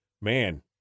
man